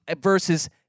versus